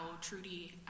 Trudy